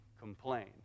complain